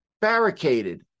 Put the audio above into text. barricaded